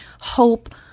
hope